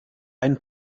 ein